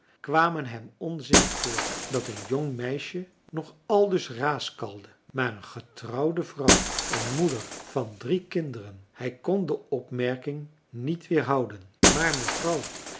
kwamen hem onzinnig voor dat een jong meisje nog aldus raaskalde maar een getrouwde vrouw een moeder van drie kinderen hij kon de opmerking niet weerhouden maar mevrouw